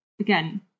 again